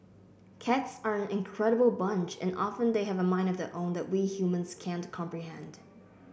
cats are an incredible bunch and often they have a mind of their own that we humans can't comprehend